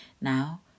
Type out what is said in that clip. Now